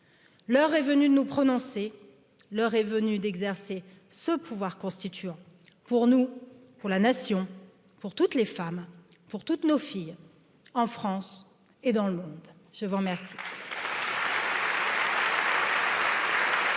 l'heure est venue de nous prononcer l'heure d'exercer ce pouvoir constituant pour nous pour la nation pour toutes les femmes pour toutes nos filles en france et dans le monde je vous remercie